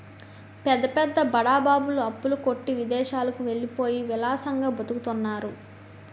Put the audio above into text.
పెద్ద పెద్ద బడా బాబులు అప్పుల కొట్టి విదేశాలకు వెళ్ళిపోయి విలాసంగా బతుకుతున్నారు